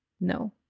No